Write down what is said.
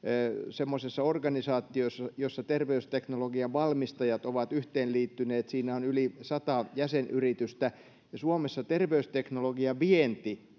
semmoisessa organisaatiossa jossa terveysteknologian valmistajat ovat yhteen liittyneet yli sata jäsenyritystä suomessa terveysteknologiavienti